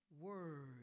word